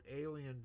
alien